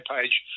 page